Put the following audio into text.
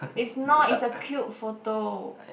it's not it's a cute photo